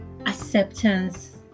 acceptance